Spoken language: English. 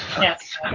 Yes